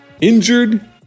injured